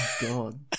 God